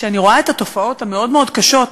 כשאני רואה את התופעות המאוד-מאוד קשות,